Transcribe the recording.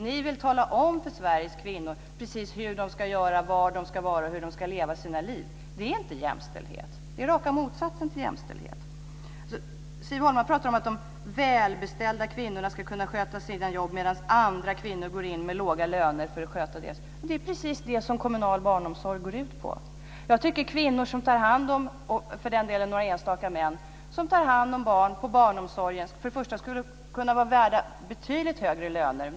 Ni vill tala om för Sveriges kvinnor precis hur de ska göra, var de ska vara och hur de ska leva sina liv. Det är inte jämställdhet. Det är raka motsatsen till jämställdhet. Siv Holma talar om att de välbeställda kvinnorna ska kunna sköta sina jobb medan andra kvinnor går in med låga löner för att sköta deras barn. Det är precis det som kommunal barnomsorg går ut på. Jag tycker att kvinnor, och för den delen några enstaka män, som tar hand om barn inom barnomsorgen för det första skulle vara värda betydligt högre löner.